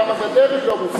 גם הגדר היא לא מוסרית.